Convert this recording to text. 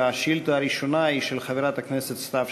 שהשאילתה הראשונה של חברת הכנסת סתיו